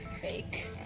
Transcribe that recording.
fake